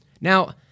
Now